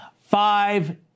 five